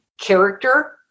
Character